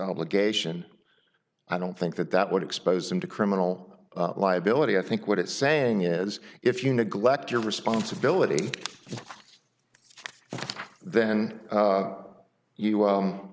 obligation i don't think that that would expose him to criminal liability i think what it's saying is if you neglect your responsibility then you